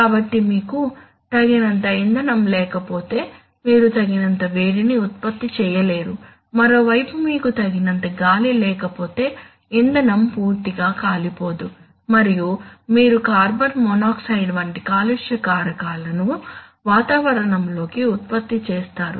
కాబట్టి మీకు తగినంత ఇంధనం లేకపోతే మీరు తగినంత వేడిని ఉత్పత్తి చేయలేరు మరోవైపు మీకు తగినంత గాలి లేకపోతే ఇంధనం పూర్తిగా కాలిపోదు మరియు మీరు కార్బన్ మోనాక్సైడ్ వంటి కాలుష్య కారకాలను వాతావరణంలోకి ఉత్పత్తి చేస్తారు